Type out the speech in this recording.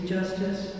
justice